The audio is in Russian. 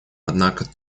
однако